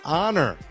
honor